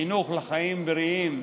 חינוך לחיים בריאים.